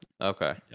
okay